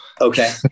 Okay